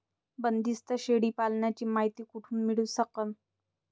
बंदीस्त शेळी पालनाची मायती कुठून मिळू सकन?